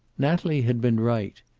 natalie had been right.